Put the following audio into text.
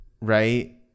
right